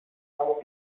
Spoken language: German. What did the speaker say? auf